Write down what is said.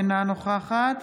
אינה נוכחת